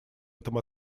этом